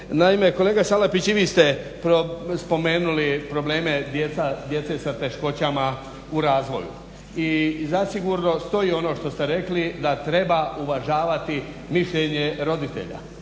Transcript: Naime kolega Salapić i vi ste spomenuli probleme djece sa teškoćama u razvoju. I zasigurno stoji ono što ste rekli da treba uvažavati mišljenje roditelja.